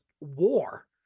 war